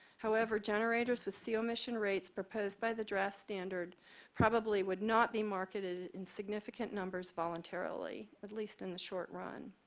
however, generators with co emission rates proposed by the draft standard probably would not be marketed in significant numbers voluntarily, at least in the short run.